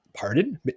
Pardon